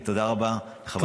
ותודה רבה לחברת הכנסת וולדיגר.